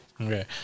Okay